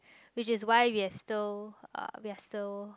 which is why we are still we are still